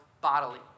bodily